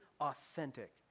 authentic